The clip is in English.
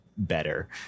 better